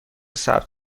ثبت